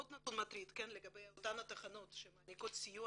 עוד נתון מטריד לגבי אותן התחנות שמעניקות סיוע